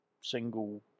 single